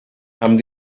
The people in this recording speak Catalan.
amb